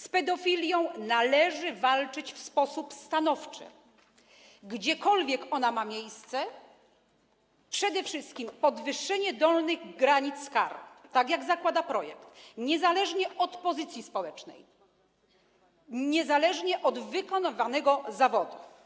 Z pedofilią należy walczyć w sposób stanowczy, gdziekolwiek ona ma miejsce, przede wszystkim przez podwyższenie dolnych granic kar, tak jak zakłada projekt, niezależnie od pozycji społecznej, niezależnie od wykonywanego zawodu.